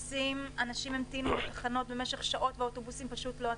אנשים המתינו בתחנות במשך שעות ואוטובוסים פשוט לא עצרו.